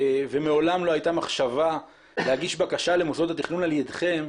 ומעולם לא הייתה מחשבה להגיש בקשה למוסדות התכנון על ידכם,